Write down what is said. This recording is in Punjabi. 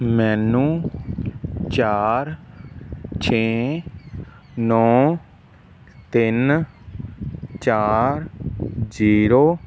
ਮੈਨੂੰ ਚਾਰ ਛੇ ਨੌਂ ਤਿੰਨ ਚਾਰ ਜ਼ੀਰੋ